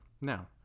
Now